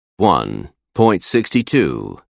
1.62